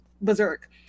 berserk